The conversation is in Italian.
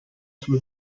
sul